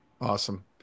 Awesome